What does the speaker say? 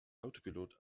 autopilot